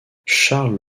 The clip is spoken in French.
charles